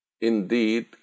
Indeed